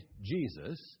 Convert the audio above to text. Jesus